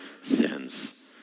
sins